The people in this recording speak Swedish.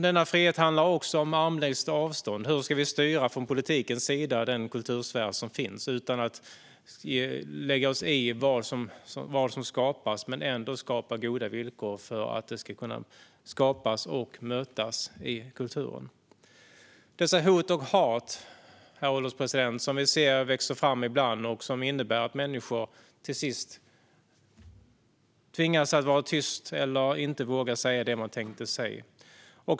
Denna frihet handlar också om armlängds avstånd. Hur ska vi från politikens sida styra den kultursfär som finns utan att lägga oss i vad som skapas men ändå skapa goda villkor för att människor ska kunna skapa och mötas i kulturen? Det hot och hat som vi ser ibland växer fram, herr ålderspresident, innebär att människor till sist tvingas vara tysta eller inte vågar säga det de tänkte säga.